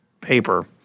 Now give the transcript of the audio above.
paper